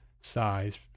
size